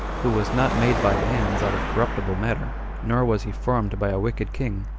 who was not made by hands out of corruptible matter nor was he formed by a wicked king,